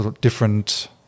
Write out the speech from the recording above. different